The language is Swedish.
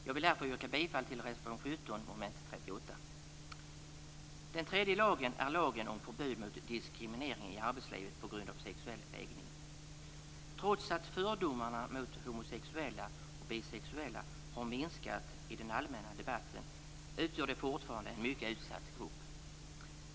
Jag vill därför yrka bifall till reservation 17 under mom. 38. Den tredje lagen är lagen om förbud mot diskriminering i arbetslivet på grund av sexuell läggning. Trots att fördomarna mot homosexuella och bisexuella har minskat i den allmänna debatten utgör dessa människor fortfarande en mycket utsatt grupp.